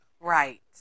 Right